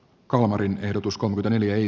kalmarin ehdotus kohden eli ei